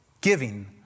giving